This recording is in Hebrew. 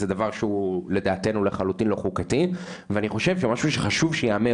זה דבר שהוא לדעתנו לחלוטין לא חוקתי ואני חושב שמשהו שחשוב שייאמר